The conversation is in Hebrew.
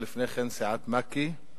ולפני כן בסיעת מק"י,